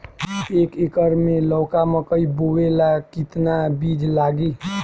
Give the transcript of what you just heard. एक एकर मे लौका मकई बोवे ला कितना बिज लागी?